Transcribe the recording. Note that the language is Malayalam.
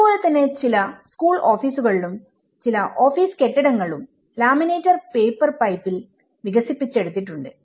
അത്പോലെ തന്നെ ചില സ്കൂൾ ഓഫീസുകളും ചില ഓഫീസ് കെട്ടിടങ്ങളും ലാമിനേറ്റഡ് പേപ്പർ പൈപ്പിൽ വികസിപ്പിച്ചെടുത്തിട്ടുണ്ട്